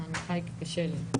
האנחה היא כי קשה לי.